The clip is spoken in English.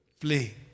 flee